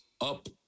up